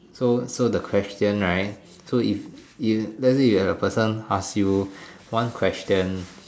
so so the question right so if if let's say you have a person ask you one question